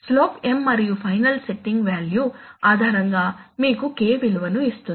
slope M మరియు final settling value ఆధారంగా మీకు K విలువను ఇస్తుంది